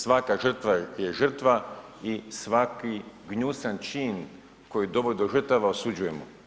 Svaka žrtva je žrtva i svaki gnjusan čin koji dovodi do žrtava osuđujemo.